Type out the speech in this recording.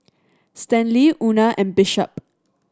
Stanley Una and Bishop